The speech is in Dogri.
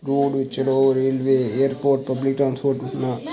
रोड बिच रेलवे एयरपोर्ट पब्लिक ट्रांसपोर्ट